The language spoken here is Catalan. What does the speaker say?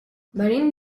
venim